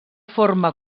forma